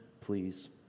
please